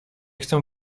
chcę